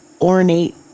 ornate